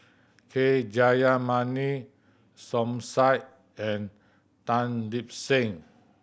K Jayamani Som Said and Tan Lip Seng